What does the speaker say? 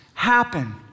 happen